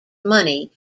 money